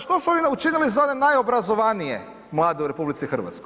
što su oni učinili za one najobrazovanije mlade u RH?